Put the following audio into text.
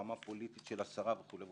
גחמה פוליטית של השרה וכו'.